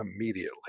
immediately